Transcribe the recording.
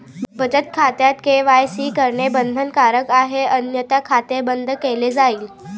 बचत खात्यात के.वाय.सी करणे बंधनकारक आहे अन्यथा खाते बंद केले जाईल